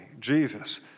Jesus